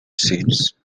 since